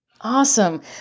Awesome